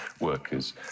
workers